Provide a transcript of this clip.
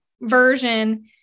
version